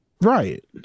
Right